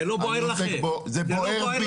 זה לא בוער לכם.